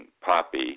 poppy